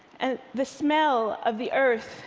and the smell of the earth,